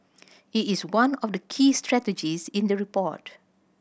it is one of the key strategies in the report